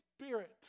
Spirit